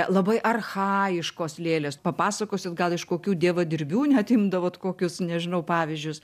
labai archajiškos lėlės papasakosit gal iš kokių dievadirbių net imdavot kokius nežinau pavyzdžius